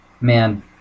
man